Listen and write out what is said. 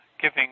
giving